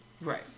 Right